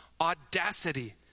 audacity